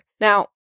Now